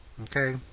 okay